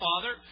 Father